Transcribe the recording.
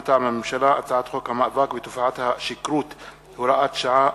מטעם הממשלה: הצעת חוק המאבק בתופעת השכרות (הוראת שעה),